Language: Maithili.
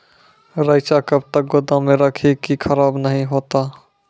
रईचा कब तक गोदाम मे रखी है की खराब नहीं होता?